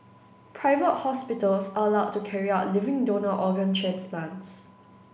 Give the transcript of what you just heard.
private hospitals are allowed to carry out living donor organ transplants